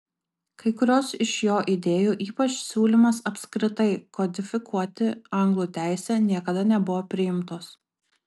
kai kurios iš jo idėjų ypač siūlymas apskritai kodifikuoti anglų teisę niekada nebuvo priimtos